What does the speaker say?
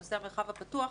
בנושא המרחב הפתוח,